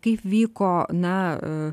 kaip vyko na